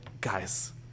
guys